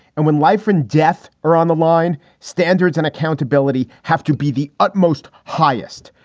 and when life and death are on the line. standards and accountability have to be the utmost highest.